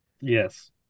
Yes